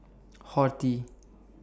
Horti